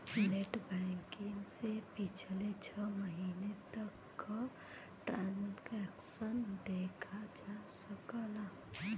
net banking से पिछले छः महीने तक क ट्रांसैक्शन देखा जा सकला